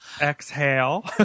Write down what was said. exhale